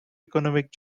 economic